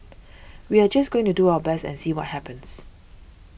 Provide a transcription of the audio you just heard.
we are just going to do our best and see what happens